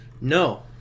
No